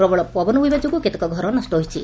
ପ୍ରବଳ ପବନ ବୋହିବା ଯୋଗୁଁ କେତେ ଘର ନଷ ହୋଇଛି